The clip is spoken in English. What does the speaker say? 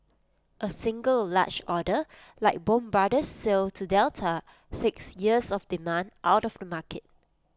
A single large order like Bombardier's sale to Delta six years of demand out of the market